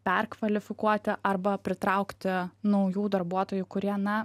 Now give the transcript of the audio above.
perkvalifikuoti arba pritraukti naujų darbuotojų kurie na